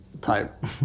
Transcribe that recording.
type